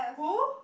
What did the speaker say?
who